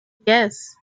yes